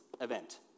event